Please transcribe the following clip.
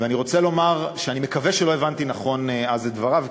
ואני רוצה לומר שאני מקווה שלא הבנתי נכון אז את דבריו,